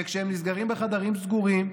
וכשהם נסגרים בחדרים סגורים,